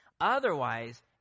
Otherwise